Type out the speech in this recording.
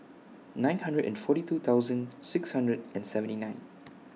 nine hundred and forty two thousand six hundred and seventy nine